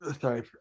Sorry